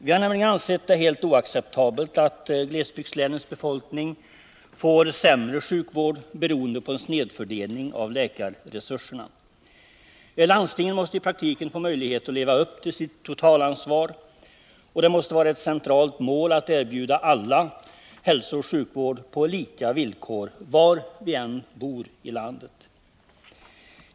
Vi har nämligen ansett det helt oacceptabelt att glesbygdslänens befolkning får sämre sjukvård beroende på en snedfördelning av läkarresurserna. Landstingen måste i praktiken få möjlighet att leva upp till sitt totalansvar, och det måste vara ett centralt mål att erbjuda alla hälsooch sjukvård på lika villkor, var vi än bor i landet.